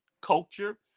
culture